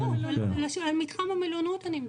כן, אני מדברת על מתחם המלונאות.